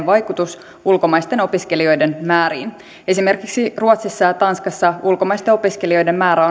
vaikutus ulkomaisten opiskelijoiden määriin esimerkiksi ruotsissa ja tanskassa ulkomaisten opiskelijoiden määrä